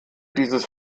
dieses